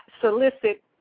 solicit